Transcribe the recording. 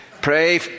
Pray